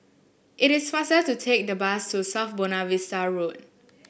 it is faster to take the bus to South Buona Vista Road